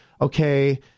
okay